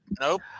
Nope